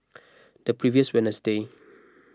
the previous Wednesday